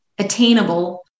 attainable